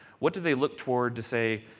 what do they look toward to say,